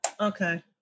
okay